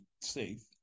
safe